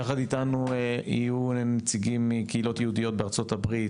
יחד איתנו יהיו נציגים מקהילות יהודיות בארה"ב,